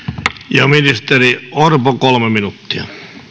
ministeri orpo kolme minuuttia